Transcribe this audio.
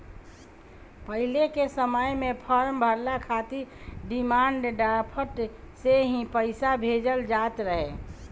पहिले के समय में फार्म भरला खातिर डिमांड ड्राफ्ट से ही पईसा भेजल जात रहे